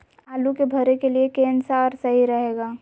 आलू के भरे के लिए केन सा और सही रहेगा?